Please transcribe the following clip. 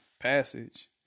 passage